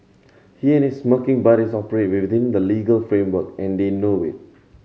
he and his smirking buddies operate within the legal framework and they know it